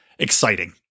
Exciting